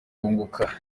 kunguka